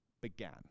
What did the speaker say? began